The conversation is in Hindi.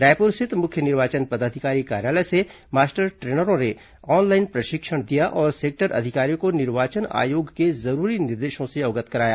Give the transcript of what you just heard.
रायपुर स्थित मुख्य निर्वाचन पदाधिकारी कार्यालय से मास्टर ट्रेनरों ने ऑनलाइन प्रशिक्षण दिया और सेक्टर अधिकारियों को निर्वाचन आयोग के जरूरी निर्देशों से अवगत कराया